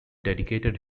dedicated